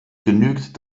genügt